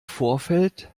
vorfeld